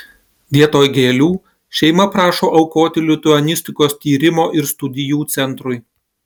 vietoj gėlių šeima prašo aukoti lituanistikos tyrimo ir studijų centrui